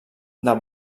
del